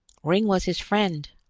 ringg was his friend!